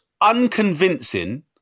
unconvincing